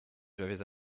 j’avais